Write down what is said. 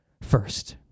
first